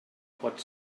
pot